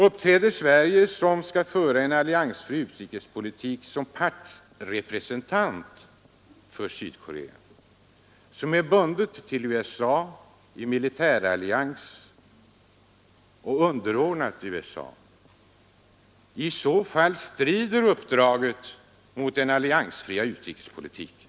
Uppträder Sverige, som skall föra en alliansfri utrikespolitik, som partsrepresentant för Sydkorea, som är bundet till USA i militärallians och underordnat USA? I så fall strider uppdraget mot den alliansfria utrikespolitiken.